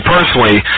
Personally